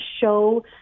show